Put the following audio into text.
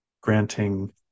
granting